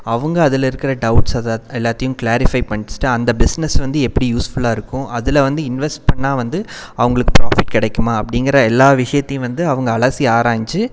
அவங்க அதில் இருக்கிற டவுட்ஸ் அதைத் எல்லாத்தையும் கிளாரிஃபை பண்ணிட்டா அந்த பிஸ்னஸ் வந்து எப்படி யூஸ்ஃபுல்லாக இருக்கும் அதில் வந்து இன்வெஸ்ட் பண்ணிணா வந்து அவங்களுக்கு பிராஃபிட் கிடைக்குமா அப்படிங்கிற எல்லா விஷயத்தையும் வந்து அவங்க அலசி ஆராய்ஞ்சு